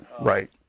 Right